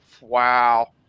wow